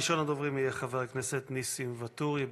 ראשון הדוברים יהיה חבר הכנסת ניסים ואטורי.